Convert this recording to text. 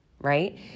right